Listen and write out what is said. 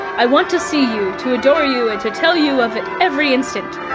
i want to see you, to adore you, and to tell you of it every instant.